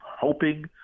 hoping